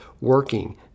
working